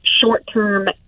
short-term